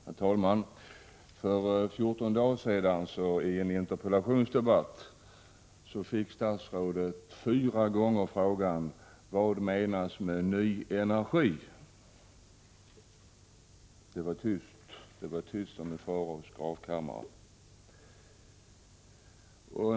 Herr talman! För 14 dagar sedan fick statsrådet vid en interpellationsdebatt fyra gånger frågan: Vad menas med ”ny energi”? Det var tyst som i faraos gravkammare.